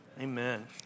Amen